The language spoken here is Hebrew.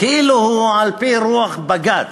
כאילו הוא על פי רוח בג"ץ.